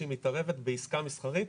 שהיא מתערבת בעסקה מסחרית,